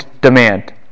demand